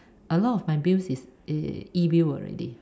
a lot of my bills is uh e-bills already